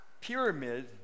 pyramid